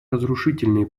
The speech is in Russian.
разрушительные